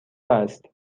است